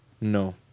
No